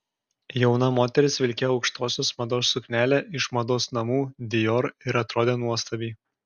jauna moteris vilkėjo aukštosios mados suknelę iš mados namų dior ir atrodė nuostabiai